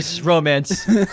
romance